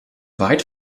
weit